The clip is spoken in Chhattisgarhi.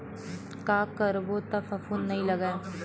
का करबो त फफूंद नहीं लगय?